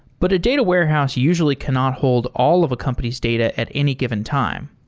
but a data warehouse usually cannot hold all of a company's data at any given time.